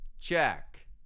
check